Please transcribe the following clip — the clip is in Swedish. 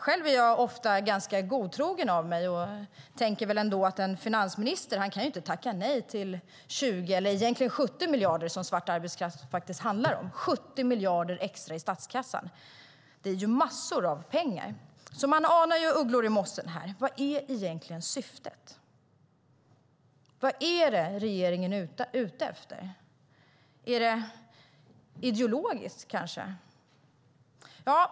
Själv är jag ofta ganska godtrogen av mig och tänker att en finansminister väl inte kan tacka nej till 20 miljarder, eller egentligen 70 miljarder, som ju är vad svart arbetskraft handlar om - 70 miljarder extra i statskassan. Det är ju massor av pengar! Jag anar ugglor i mossen här. Vad är egentligen syftet? Vad är det regeringen är ute efter? Är det ideologiskt, kanske?